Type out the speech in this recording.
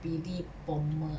Billy Bomber